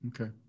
okay